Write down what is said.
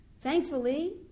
Thankfully